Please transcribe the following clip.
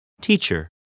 Teacher